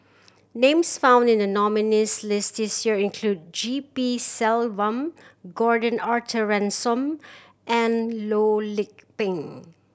names found in the nominees' list this year include G P Selvam Gordon Arthur Ransome and Loh Lik Peng